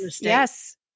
Yes